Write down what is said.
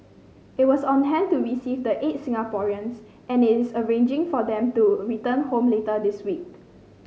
it was on hand to receive the eight Singaporeans and is arranging for them to return home later this week